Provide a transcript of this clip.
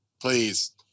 Please